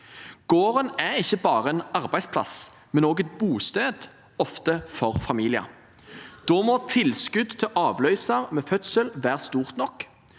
Gården er ikke bare en arbeidsplass, men også et bosted, ofte for familier. Da må tilskudd til avløser ved fødsel være stort nok.